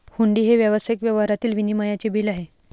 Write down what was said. हुंडी हे व्यावसायिक व्यवहारातील विनिमयाचे बिल आहे